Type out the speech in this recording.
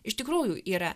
iš tikrųjų yra